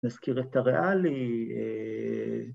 ‫נזכיר את הריאלי.